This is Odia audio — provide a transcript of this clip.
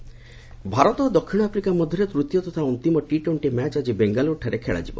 କ୍ରିକେଟ୍ ଭାରତ ଓ ଦକ୍ଷିଣ ଆଫ୍ରିକା ମଧ୍ୟରେ ତୃତୀୟ ତଥା ଅନ୍ତିମ ଟି ଟ୍ୱେଣ୍ଟି ମ୍ୟାଚ୍ ଆଜି ବେଙ୍ଗାଲୁରୁଠାରେ ଖେଳାଯିବ